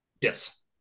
Yes